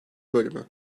bölümü